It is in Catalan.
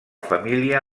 família